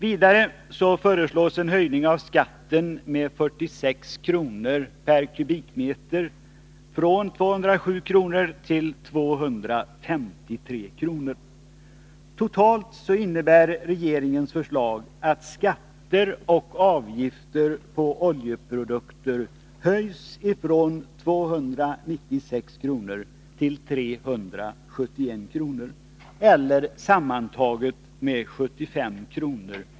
I partimotioner från socialdemokraterna har föreslagits samma höjning, 75 kr.